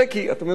כי אתם יודעים,